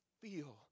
feel